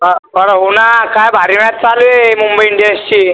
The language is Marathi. हा बरं होनार काय भारी रन्स् आले मुंबई इंडियन्सचे